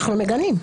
אנחנו מגנים.